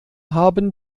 haben